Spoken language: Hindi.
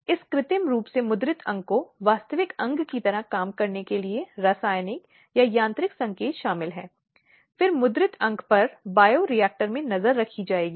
अब उस प्रावधान धारा 498 ए को भारतीय दंड संहिता में शामिल किया गया था और यह पति या ससुराल वालों द्वारा क्रूरता की बात करता है